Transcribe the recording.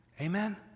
Amen